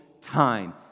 time